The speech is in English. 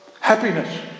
Happiness